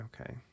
Okay